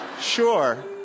Sure